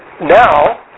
now